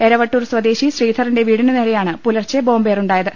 എരവട്ടൂർ സ്വദേശി ശ്രീധറിന്റെ വീടിനു നേരെയാണ് പുലർച്ചെ ബോംബേറുണ്ടായത്